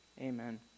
Amen